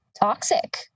toxic